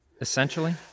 Essentially